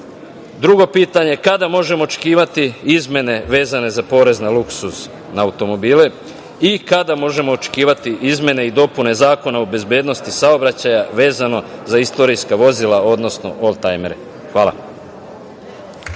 pitanje – kada možemo očekivati izmene vezane za porez na luksuz na automobile i kada možemo očekivati izmene i dopune Zakona o bezbednosti saobraćaja vezano za istorijska vozila, odnosno oldtajmere? Hvala.